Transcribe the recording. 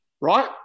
right